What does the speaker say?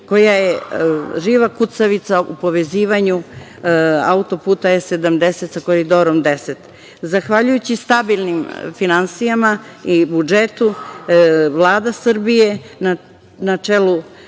koja žila kucavica u povezivanju autoputa E-70 sa Koridorom 10. Zahvaljujući stabilnim finansijama i budžetu, Vlada Srbije na čelu